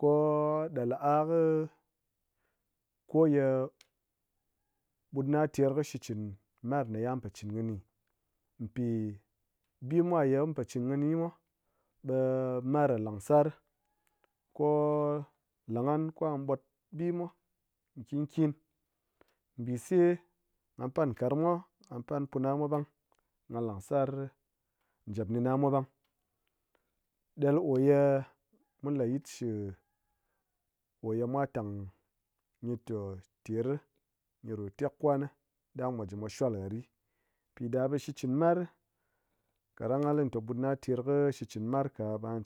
ko ɗal a ko ko ye ɓut na ter kɨ shikchɨn mar ye nghan po chɨn kɨni gyi pi bi mwa ye mu po chɨn kɨni mwa ɓe mar ɗa langsar ko la gyan ka ɓwat bi mwa nkin nkin. Bise ngha pan karang mwa, ngha pan puna mwa ɓang, ngha langsar jap nina mwa ɓang ɗal ko ye mu layit shi ko ye mwa tang gyi shi ter gyi ru tek kwan ɗand mwa din mwa shwal ha ɗi piɗa ɓe shikchɨn mar kaɗang ngha li te mut na ter kɨ shikchɨn mar ka ɓe nga